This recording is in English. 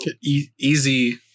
easy